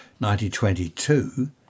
1922